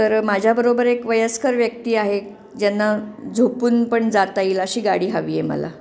तर माझ्याबरोबर एक वयस्कर व्यक्ती आहे ज्यांना झोपून पण जाता येईल अशी गाडी हवी आहे मला